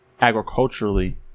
agriculturally